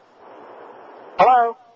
Hello